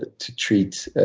to treat